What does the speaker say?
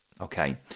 Okay